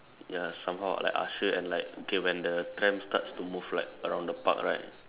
ya somehow like usher and like okay when the tram starts to move like around the park right